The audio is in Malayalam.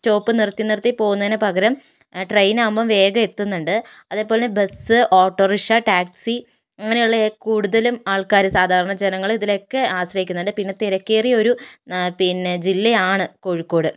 സ്റ്റോപ്പും നിർത്തി നിർത്തി പോകുന്നതിനു പകരം ട്രെയിൻ ആകുമ്പോൾ വേഗം എത്തുന്നുണ്ട് അതേപോലെ ബസ് ഓട്ടോ റിക്ഷ ടാക്സി അങ്ങനെയുള്ള കൂടുതലും ആൾക്കാർ സാധാരണ ജനങ്ങൾ ഇതിനെയൊക്കെ ആശ്രയിക്കുന്നുണ്ട് പിന്നെ തിരക്കേറിയ ഒരു പിന്നെ ജില്ലയാണ് കോഴിക്കോട്